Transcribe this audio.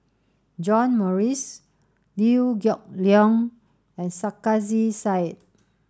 John Morrice Liew Geok Leong and Sarkasi Said